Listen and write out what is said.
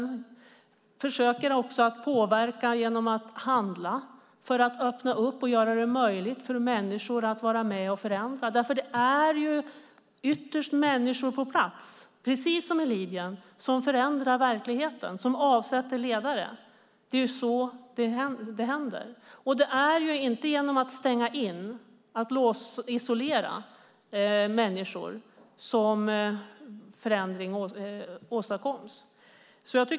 Vi försöker också påverka genom att handla för att öppna upp och göra det möjligt för människor att vara med och förändra därför att det ytterst är människor på plats, precis som i Libyen, som förändrar verkligheten och som avsätter ledare. Det är så det händer. Det är inte genom att stänga in och isolera människor som förändring åstadkoms.